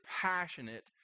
passionate